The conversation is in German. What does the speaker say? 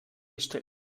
gestellt